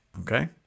Okay